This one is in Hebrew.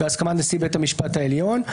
בהסכמת נשיא בית המשפט העליון.